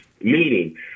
Meaning